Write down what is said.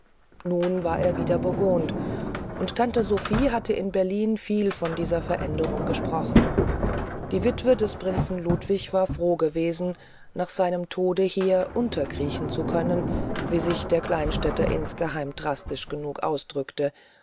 nun war er wieder bewohnt und tante sophie hatte in berlin viel von dieser veränderung gesprochen die witwe des prinzen ludwig war froh gewesen nach seinem tode hier unterkriechen zu können wie sich der kleinstädter insgeheim drastisch genug ausdrückte